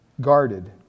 guarded